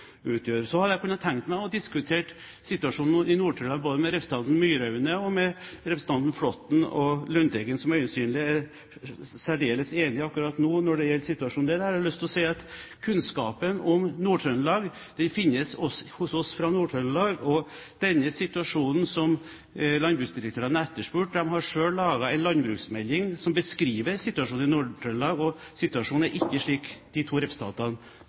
utgjør. Så kunne jeg tenkt meg å diskutere situasjonen i Nord-Trøndelag både med representanten Myraune og med representantene Flåtten og Lundteigen, som øyensynlig er særdeles enige akkurat nå når det gjelder situasjonen. Der har jeg lyst til å si at kunnskapen om Nord-Trøndelag finnes hos oss fra Nord-Trøndelag, også om det som landbruksdirektørene i Trøndelag har etterspurt – de har selv laget en landbruksmelding som beskriver situasjonen i Nord-Trøndelag – og situasjonen er ikke slik de to representantene